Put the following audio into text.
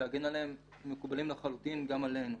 להגן עליהם מקובלים לחלוטין גם עלינו.